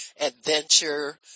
adventure